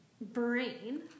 brain